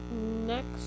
next